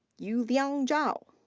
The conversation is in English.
yuliang zhao.